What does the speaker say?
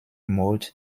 mode